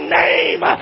name